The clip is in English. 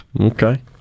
Okay